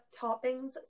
toppings